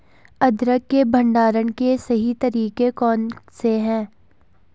अदरक के भंडारण के सही तरीके कौन से हैं?